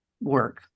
work